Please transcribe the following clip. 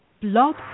Blog